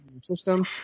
system